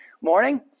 morning